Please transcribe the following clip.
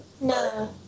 No